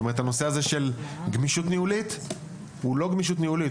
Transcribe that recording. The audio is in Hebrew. הנושא של גמישות ניהולית הוא לא גמישות ניהולית,